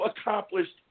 accomplished